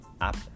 app